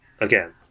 again